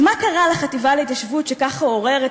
אז מה קרה לחטיבה להתיישבות שככה עורר את